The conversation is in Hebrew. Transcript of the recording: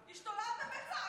השתוללתם וצעקתם.